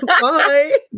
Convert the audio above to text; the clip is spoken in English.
Bye